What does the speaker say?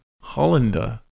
Hollander